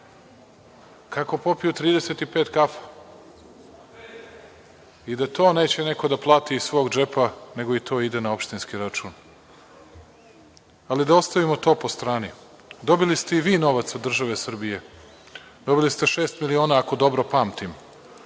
kako popiju 35 kafa? I, da to neko neće da plati iz svog džepa nego i to ide na opštinski račun. Ali, da ostavimo to po strani, dobili ste i vi novac od države Srbije. Dobili ste šest miliona, ako dobro pamtim,